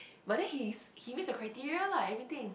but then he's he meets your criteria lah everything